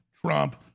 Trump